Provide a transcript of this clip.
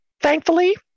thankfully